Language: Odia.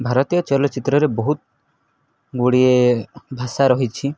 ଭାରତୀୟ ଚଲଚ୍ଚିତ୍ରରେ ବହୁତଗୁଡ଼ିଏ ଭାଷା ରହିଛି